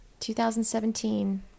2017